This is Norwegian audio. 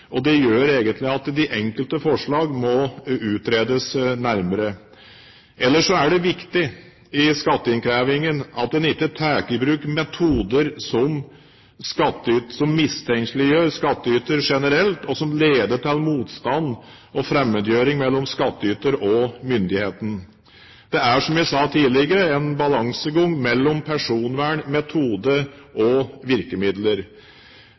Det gjør egentlig at de enkelte forslag må utredes nærmere. Ellers er det viktig i skatteinnkrevingen at en ikke tar i bruk metoder som mistenkeliggjør skattyter generelt, og som leder til motstand og fremmedgjøring mellom skattyter og myndighetene. Det er, som jeg sa tidligere, en balansegang mellom personvern, metode og virkemidler.